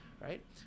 right